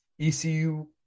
ECU